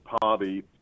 party